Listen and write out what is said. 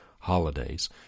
holidays